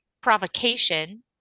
provocation